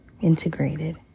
integrated